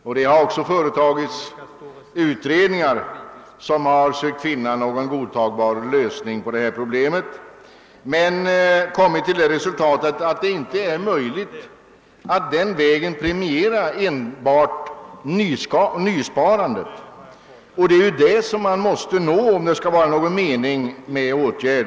Utredningar har också företagits i syfte att finna en godtagbar lösning av problemet, men man har kommit till det resultatet att det inte är möjligt att den vägen premiera enbart nysparandet, och det är ju detta som måste ske, om det skall vara någon mening med det hela.